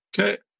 Okay